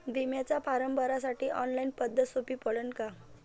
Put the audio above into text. बिम्याचा फारम भरासाठी ऑनलाईन पद्धत सोपी पडन का?